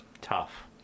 Tough